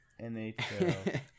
NHL